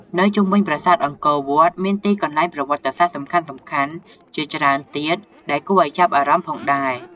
នៅជុំវិញប្រាសាទអង្គរវត្ត មានទីកន្លែងប្រវត្តិសាស្ត្រសំខាន់ៗជាច្រើនទៀតដែលគួរឱ្យចាប់អារម្មណ៍ផងដែរ។